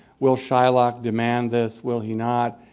will shylock demand this? will he not?